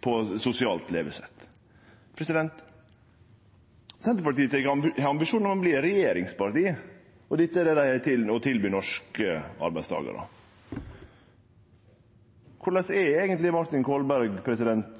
på sosialt levesett. Senterpartiet har ambisjonar om å verte regjeringsparti, og dette er det dei har å tilby norske arbeidstakarar. Kva er eigentleg Martin Kolberg